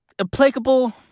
applicable